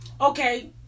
Okay